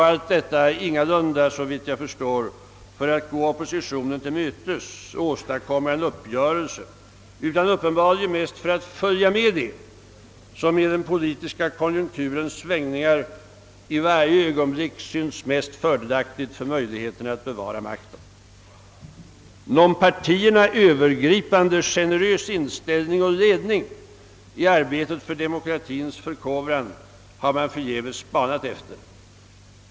Allt detta är ingalunda, såvitt jag förstår, för att gå oppositionen till mötes och åstadkomma en uppgörelse utan uppenbarligen mest för att följa med det som i den politiska konjunkturens svängningar i varje ögonblick syntes mest fördelaktigt för möjligheterna att bevara makten. Någon partierna övergripande generös inställning och ledning i arbetet för demokratiens förkovran har man förgäves spanat efter.